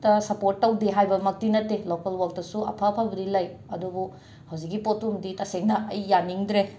ꯇ ꯁꯄꯣꯔꯠ ꯇꯧꯗꯦ ꯍꯥꯏꯕꯃꯛꯇꯤ ꯅꯠꯇꯦ ꯂꯣꯀꯦꯜ ꯋꯛꯇꯁꯨ ꯑꯐ ꯐꯕꯗꯤ ꯂꯩ ꯑꯗꯨꯕꯨ ꯍꯧꯖꯤꯛꯀꯤ ꯄꯣꯠꯇꯨꯃꯗꯤ ꯇꯁꯦꯡꯅ ꯑꯩ ꯌꯥꯅꯤꯡꯗ꯭ꯔꯦ